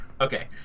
Okay